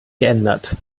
geändert